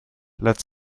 let